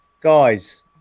guys